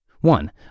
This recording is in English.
One